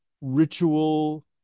ritual